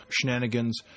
shenanigans